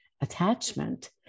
attachment